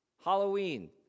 Halloween